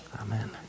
Amen